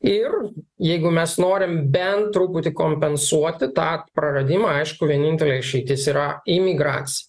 ir jeigu mes norim bent truputį kompensuoti tą praradimą aišku vienintelė išeitis yra imigracija